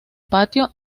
patio